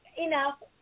enough